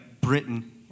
Britain